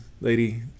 lady